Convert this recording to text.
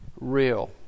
real